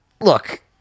Look